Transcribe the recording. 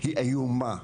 היא איומה,